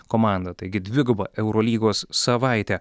komanda taigi dviguba eurolygos savaitė